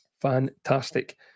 fantastic